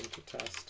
to tell